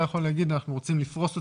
היה יכול להגיד: אנחנו רוצים לפרוס אותה,